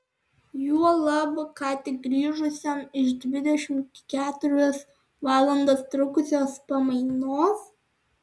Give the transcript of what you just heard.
juolab ką tik grįžusiam iš dvidešimt keturias valandas trukusios pamainos